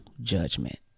judgment